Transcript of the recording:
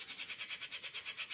Gold loan ಗೆ ಬಡ್ಡಿ ದರ ಎಷ್ಟು?